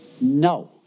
No